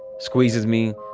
squeezes me.